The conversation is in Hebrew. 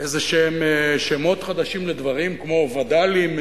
איזשהם שמות חדשים לדברים כמו וד"לים,